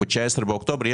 ב-19 באוקטובר,